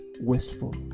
wistful